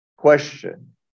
Question